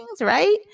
right